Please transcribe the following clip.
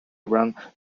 around